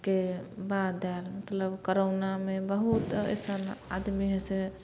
के बाद आयल मतलब करोनामे बहुत ऐसन आदमी हइ से